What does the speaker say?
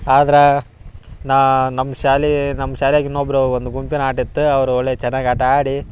ಆದ್ರಾ ನಾ ನಮ್ಮ ಶಾಲೆ ನಮ್ಮ ಶ್ಯಾಲ್ಯಾಗ ಇನ್ನೊಬ್ಬರು ಒಂದು ಗುಂಪಿನ ಆಟ ಇತ್ತು ಅವ್ರು ಒಳ್ಳೆಯ ಚೆನ್ನಾಗಿ ಆಟ ಆಡಿ